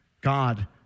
God